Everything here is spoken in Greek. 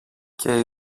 και